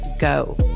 Go